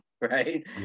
right